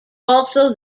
also